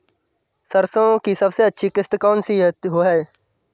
सरसो की सबसे अच्छी किश्त कौन सी है?